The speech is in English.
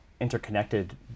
interconnected